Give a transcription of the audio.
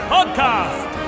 Podcast